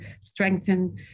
strengthen